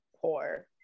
poor